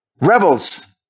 rebels